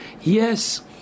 yes